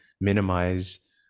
minimize